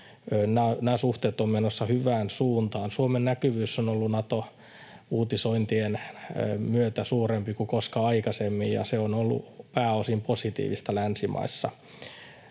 nämä suhteet ovat menossa hyvään suuntaan. Suomen näkyvyys on ollut Nato-uutisointien myötä suurempi kuin koskaan aikaisemmin, ja se on ollut pääosin positiivista länsimaissa.